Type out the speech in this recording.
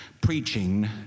preaching